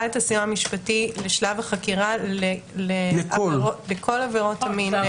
את הסיוע המשפטי לבשלב החקירה לכל עבירות המין.